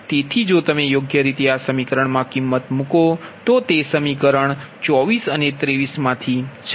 તેથી જો તમે યોગ્ય રીતે આ સમીકરણ મા કિમત મૂકો તો તે સમીકરણ 24 અને 23 ના માંથી છે